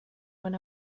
when